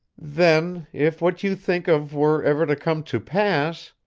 then, if what you think of were ever to come to pass,